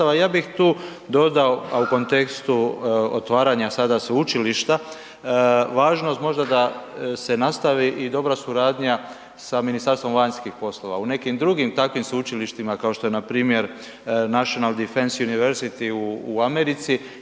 ja bih tu dodao, a u kontekstu otvaranja sada sveučilišta, važnost možda da se nastavi i dobra suradnja sa Ministarstvom vanjskih poslova. U nekim drugim takvih sveučilištima, kao što je npr. Nacional Defense University u Americi,